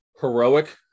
heroic